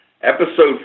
Episode